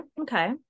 okay